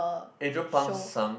Adrian-Pang sung